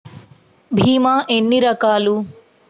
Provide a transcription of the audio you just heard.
భీమ ఎన్ని రకాలు?